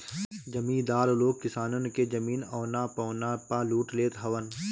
जमीदार लोग किसानन के जमीन औना पौना पअ लूट लेत हवन